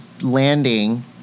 landing